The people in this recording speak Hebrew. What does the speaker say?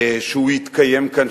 שיתקיים כאן,